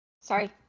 Sorry